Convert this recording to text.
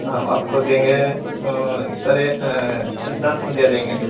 हम आपको देंगे सर दस में दे देंगे